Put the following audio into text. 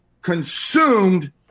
Consumed